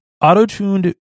auto-tuned